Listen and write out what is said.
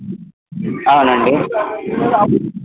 అవునండి